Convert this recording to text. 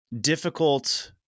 difficult